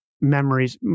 memories